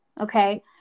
Okay